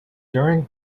during